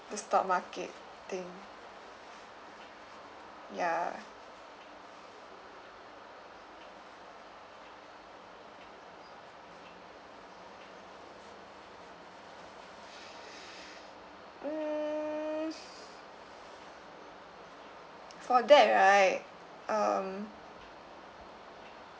the stock market thing ya hmm for that right um